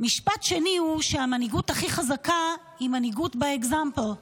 משפט שני הוא שהמנהיגות הכי חזקה היא מנהיגות ב-example,